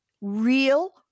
real